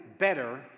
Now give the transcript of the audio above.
better